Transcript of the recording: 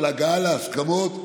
אבל בהגעה להסכמות,